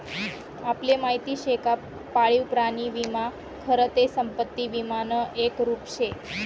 आपले माहिती शे का पाळीव प्राणी विमा खरं ते संपत्ती विमानं एक रुप शे